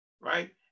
right